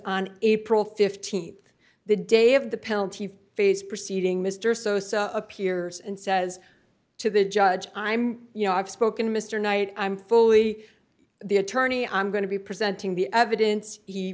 on april th the day of the penalty phase proceeding mr sosa appears and says to the judge i'm you know i've spoken mr knight i'm fully the attorney i'm going to be presenting the evidence he